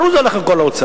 ברור שהכול הולך לאוצר.